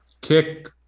kick